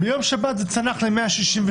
ביום שבת זה צנח ל-166.